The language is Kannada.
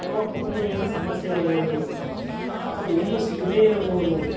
ಅಥ್ವಾ ಕುಟುಂಬದ ಏನೋ ಸಮಸ್ಯೆ ಇರ್ಬೌದು ಅಥ್ವಾ ಹೆಣ್ಣು ಸಿಕ್ಕದೇ ಇರ್ಬೌದು